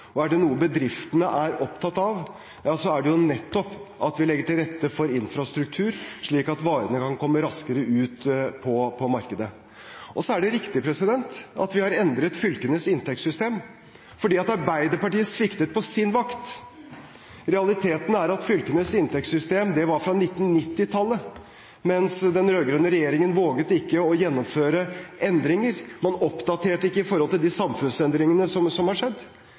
og er det noe bedriftene er opptatt av, er det nettopp at vi legger til rette for infrastruktur, slik at varene kan komme raskere ut på markedet. Og så er det riktig at vi har endret fylkenes inntektssystem, fordi Arbeiderpartiet sviktet på sin vakt. Realiteten er at fylkenes inntektssystem var fra 1990-tallet, men den rød-grønne regjeringen våget ikke å gjennomføre endringer, man oppdaterte ikke i forhold til de samfunnsendringene som har skjedd.